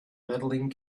medaling